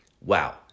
Wow